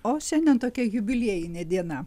o šiandien tokia jubiliejinė diena